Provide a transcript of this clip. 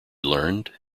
learned